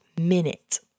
minute